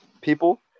people